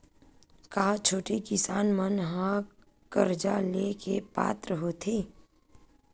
का छोटे किसान मन हा कर्जा ले के पात्र होथे?